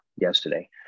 yesterday